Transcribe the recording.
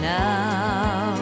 now